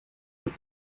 with